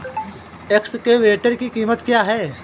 Excavator की कीमत क्या है?